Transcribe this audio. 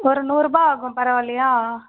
ஒரு நூறுரூபா ஆகும் பரவாயில்லையா